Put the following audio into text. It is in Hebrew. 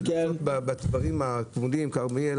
בדברים ה- -- כרמיאל,